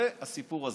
זה הסיפור הזה.